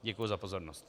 Děkuji za pozornost.